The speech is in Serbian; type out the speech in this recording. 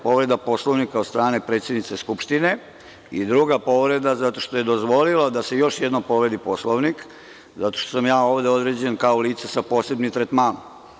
Povreda Poslovnika od strane predsednice Skupštine i druga povreda zato što je dozvolila da se još jednom povredi Poslovnik, jer sam ja ovde određen kao lice sa posebnim tretmanom.